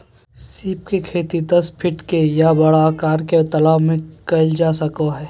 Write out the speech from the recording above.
सीप के खेती दस फीट के या बड़ा आकार के तालाब में कइल जा सको हइ